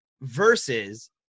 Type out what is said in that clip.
versus